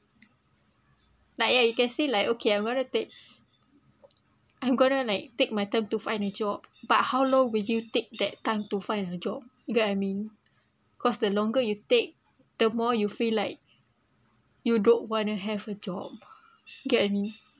like ya you can say like okay I'm going to take I'm going to like take my time to find a job but how long would you take that time to find a job you got what I mean cause the longer you take the more you feel like you don't want to have a job get what I mean